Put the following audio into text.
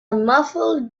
muffled